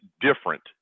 different